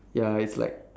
ya it's like